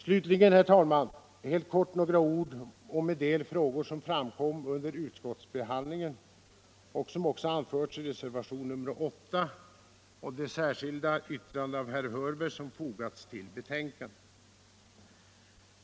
Jag vill härefter helt kort säga några ord om en del frågor som framkom under utskottsbehandlingen och som också anförts i reservationen 8 och det särskilda yttrande av herr Hörberg som fogats till betänkandet.